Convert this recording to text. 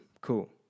Cool